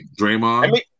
Draymond